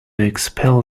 expel